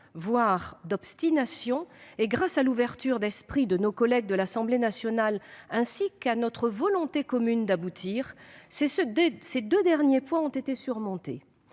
voire d'obstination, et grâce à l'ouverture d'esprit de nos collègues de l'Assemblée nationale ainsi qu'à notre volonté commune d'aboutir, ces points de divergence ont été surmontés.